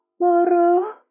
moro